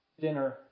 dinner